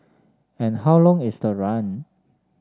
and how long is the run